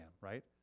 right